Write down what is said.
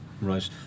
Right